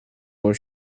where